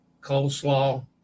coleslaw